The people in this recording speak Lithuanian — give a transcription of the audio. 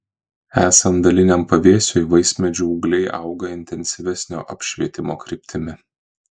esant daliniam pavėsiui vaismedžių ūgliai auga intensyvesnio apšvietimo kryptimi